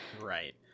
Right